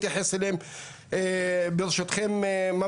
לפני שניכנס לפרטים.